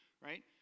right